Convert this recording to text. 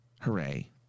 Hooray